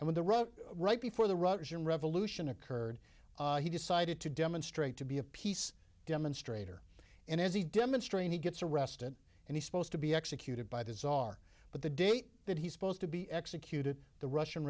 and when the road right before the russian revolution occurred he decided to demonstrate to be a peace demonstrator and as he demonstrated he gets arrested and he's supposed to be executed by the czar but the date that he's supposed to be executed the russian